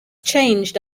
changed